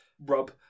rub